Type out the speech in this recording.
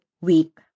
week